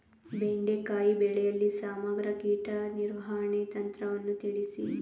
ಬೆಂಡೆಕಾಯಿ ಬೆಳೆಯಲ್ಲಿ ಸಮಗ್ರ ಕೀಟ ನಿರ್ವಹಣೆ ತಂತ್ರವನ್ನು ತಿಳಿಸಿ?